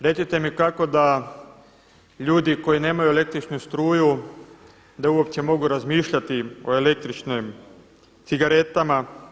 Recite mi kako da ljudi koji nemaju električnu struju da uopće mogu razmišljati o električnim cigaretama?